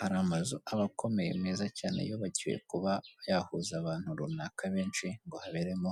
Hari amazu aba akomeye meza cyane yubakiwe kuba yahuza abantu runaka benshi ngo haberemo